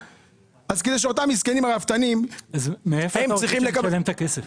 מאיפה אתה רוצה שנשלם את הכסף?